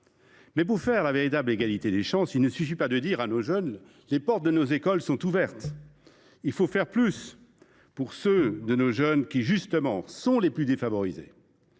Mais, pour obtenir une véritable égalité des chances, il ne suffit pas de dire à nos jeunes :« Les portes de nos écoles sont ouvertes !» Il faut faire davantage pour ceux d’entre eux qui, justement, sont les plus défavorisés